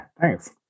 thanks